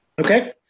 Okay